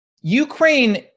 Ukraine